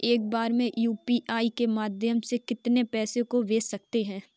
एक बार में यू.पी.आई के माध्यम से कितने पैसे को भेज सकते हैं?